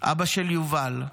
אבא של יובל,